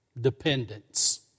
Dependence